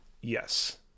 Yes